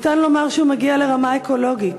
ניתן לומר שהוא מגיע לרמה אקולוגית.